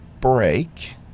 break